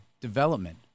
development